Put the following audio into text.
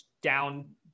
down